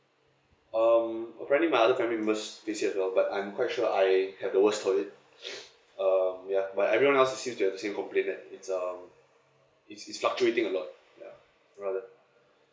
um apparently my other family members experienced it as well but I'm quite sure I had the worse for it um ya but everyone else it seems they have the same complain that it's um it's it's fluctuating a lot ya